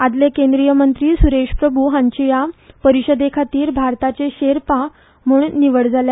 आदले केंद्रीय मंत्री सुरेश प्रभू हांची ह्या परीषदेखातीर भारताचे शेर्पा म्हण निवड जाल्या